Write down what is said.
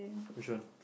which one